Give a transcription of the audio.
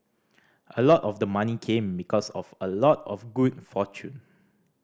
a lot of the money came because of a lot of good fortune